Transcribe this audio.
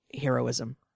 heroism